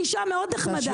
אני אישה מאוד נחמדה.